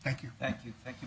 thank you thank you thank you